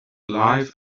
life